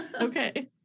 Okay